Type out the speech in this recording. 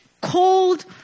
cold